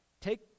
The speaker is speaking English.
take